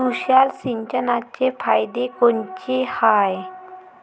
तुषार सिंचनाचे फायदे कोनचे हाये?